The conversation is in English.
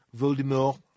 Voldemort